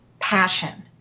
passion